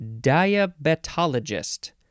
diabetologist